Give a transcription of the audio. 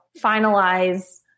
finalize